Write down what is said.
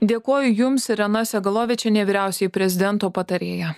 dėkoju jums irena segalovičienė vyriausioji prezidento patarėja